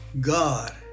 God